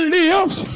lives